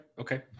Okay